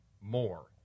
more